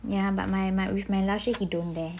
ya but my my with my he don't dare